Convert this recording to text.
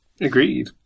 Agreed